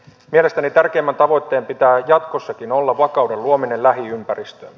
mielestäni tärkeimmän tavoitteen pitää jatkossakin olla vakauden luominen lähiympäristöömme